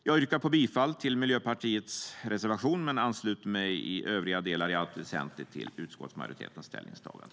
Jag yrkar bifall till Miljöpartiets reservation men ansluter mig i övriga delar i allt väsentligt till utskottsmajoritetens ställningstagande.